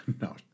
No